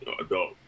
adult